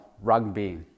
rugby